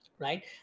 right